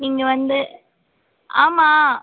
நீங்கள் வந்து ஆமாம்